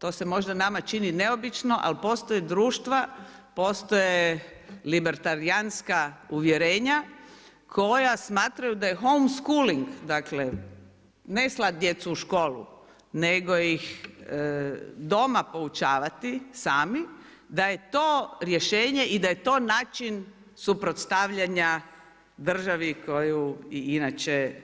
To se možda nama čini neobično, ali postoje društva, postoje libertalijanska uvjerenja koja smatraju da je home schooling dakle, ne slati djecu u školu, nego ih doma poučavati, sami, da je to rješenje i da je to način suprotstavljanja državi koju i inače